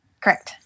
correct